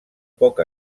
poc